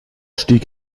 stieg